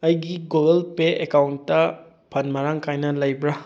ꯑꯩꯒꯤ Google Pay ꯑꯦꯀꯥꯎꯟꯗ ꯐꯟ ꯃꯔꯥꯡ ꯀꯥꯏꯅ ꯂꯩꯕ꯭ꯔ